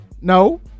no